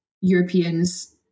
Europeans